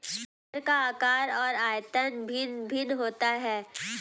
sprayer का आकार और आयतन भिन्न भिन्न होता है